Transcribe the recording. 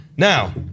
Now